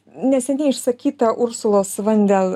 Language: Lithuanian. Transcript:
neseniai išsakyta ursulos van del